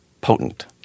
potent